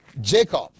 jacob